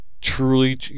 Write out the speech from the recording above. truly